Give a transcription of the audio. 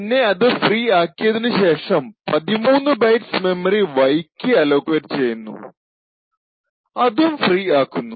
പിന്നെ അത് ഫ്രീ ആക്കിയത്തിനു ശേഷം 13 ബൈറ്റ്സ് മെമ്മറി Y ക്ക് അലൊക്കേറ്റ് ചെയ്ത് അതും ഫ്രീ ആക്കുന്നു